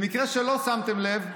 למקרה שלא שמתם לב,